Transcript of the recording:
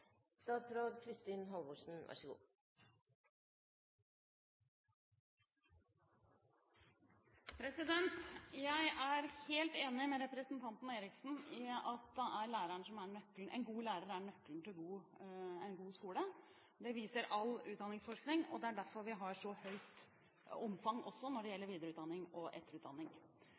Jeg er helt enig med representanten Eriksen i at en god lærer er nøkkelen til en god skole. Det viser all utdanningsforskning, og det er også derfor vi har så stort omfang når det gjelder etter- og